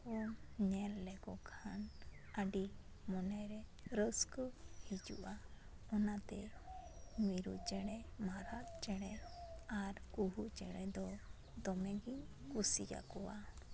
ᱩᱱᱠᱩ ᱠᱚ ᱧᱮᱞ ᱞᱮᱠᱚ ᱠᱷᱟᱱ ᱟᱹᱰᱤ ᱢᱚᱱᱮᱨᱮ ᱨᱟᱹᱥᱠᱟᱹ ᱦᱤᱡᱩᱜᱼᱟ ᱚᱱᱟᱛᱮ ᱢᱤᱨᱩ ᱪᱮᱬᱮ ᱢᱟᱨᱟᱜ ᱪᱮᱬᱮ ᱟᱨ ᱠᱩᱦᱩ ᱪᱮᱬᱮ ᱫᱚ ᱰᱚᱢᱮᱜᱮᱧ ᱠᱩᱥᱤ ᱟᱠᱚᱭᱟ